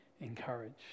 encouraged